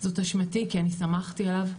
זו אשמתי כי אני סמכתי עליו,